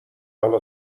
حالا